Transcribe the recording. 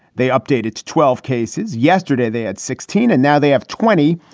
they updated to twelve cases. yesterday, they had sixteen and now they have twenty.